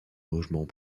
logement